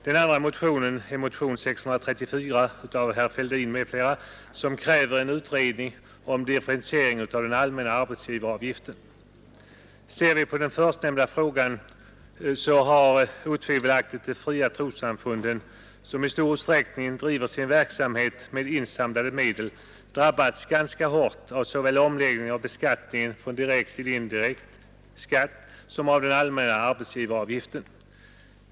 Den andra är motionen 634 av herr Fälldin m.fl., som kräver en utredning om differentiering av den allmänna arbetsgivaravgiften. I den förstnämnda frågan är det otvivelaktigt att de fria trossamfunden, som i stor utsträckning driver sin verksamhet med insamlade medel, drabbats ganska hårt av såväl omläggningen av beskattningen från direkt till indirekt skatt som av den allmänna arbetsgivaravgiften.